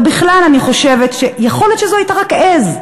ובכלל אני חושבת שיכול להיות שזאת הייתה רק עז.